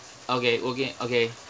okay working okay